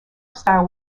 style